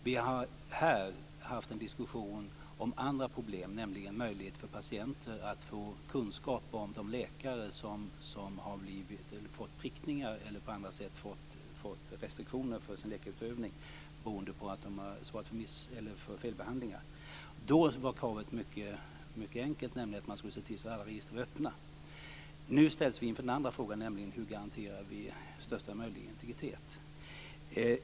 Vi har här haft en diskussion om andra problem, nämligen möjligheten för patienter att få kunskap om de läkare som har fått prickningar eller på andra sätt fått restriktioner för sin läkarutövning beroende på att de har svarat för felbehandlingar. Då var kravet mycket enkelt, nämligen att man skulle se till så att alla register var öppna. Nu ställs vi inför den andra frågan, nämligen hur vi garanterar största möjliga integritet.